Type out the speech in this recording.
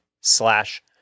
slash